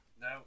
no